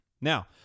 Now